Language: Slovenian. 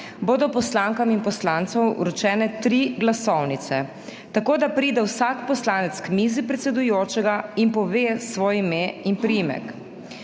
bodo poslankam in poslancem vročene tri glasovnice, tako da pride vsak poslanec k mizi predsedujočega in pove svoje ime in priimek.